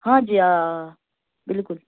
ہاں جی آ آ بِلکُل